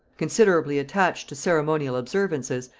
considerably attached to ceremonial observances,